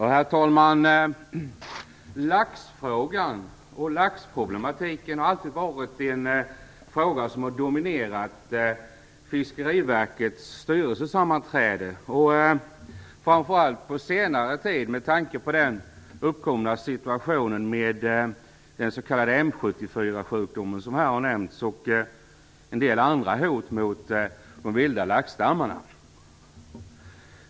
Herr talman! Laxfrågan och laxproblematiken har alltid dominerat Fiskeriverkets styrelsesammanträden, framför allt på senare tid, med tanke på den uppkomna situationen med den s.k. M 74-sjukdomen, som här har nämnts, och en del andra hot mot de vilda laxstammarna.